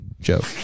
joke